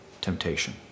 temptation